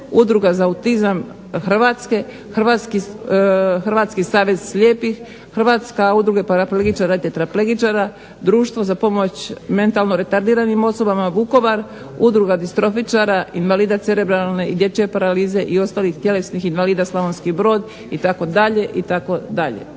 udruga za autizam Hrvatske, Hrvatski savez slijepih, Hrvatska udruga paraplegičara …/Govornica se ne razumije./…, društvo za pomoć mentalno retardiranim osobama Vukovar, udruga distrofičara, invalida cerebralne i dječje paralize i ostalih tjelesnih invalida Slavonski Brod, itd., itd.